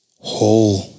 whole